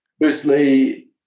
firstly